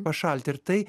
pašalti ir tai